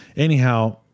Anyhow